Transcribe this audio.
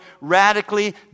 radically